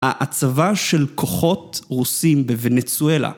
ההצבה של כוחות רוסים בוונצואלה.